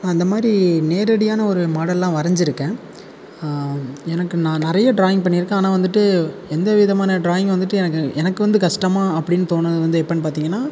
அந்தமாதிரி நேரடியான ஒரு மாடல்லாம் வரைஞ்சிருக்கேன் எனக்கு நான் நிறைய டிராயிங் பண்ணியிருக்கேன் ஆனால் வந்துட்டு எந்த விதமான டிராயிங் வந்துட்டு எனக்கு எனக்கு வந்து கஷ்டமா அப்படின்னு தோணினது வந்து எப்போன்னு பார்த்திங்கன்னா